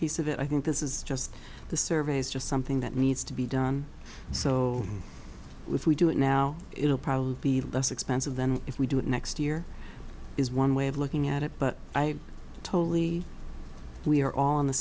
piece of it i think this is just the survey is just something that needs to be done so if we do it now it'll probably be less expensive than if we do it next year is one way of looking at it but i totally we are on the